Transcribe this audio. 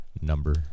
number